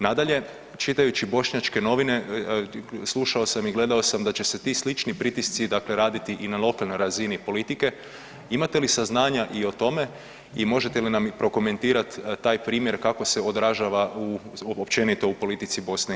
Nadalje, čitajući bošnjačke novine, slušao sam i gledamo sad da će se ti slični pritisci dakle raditi i na lokalnoj razini, imate li saznanja i o tome i možete li nam prokomentirati taj primjer kako se odražava u, općenito u politici BiH.